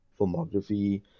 filmography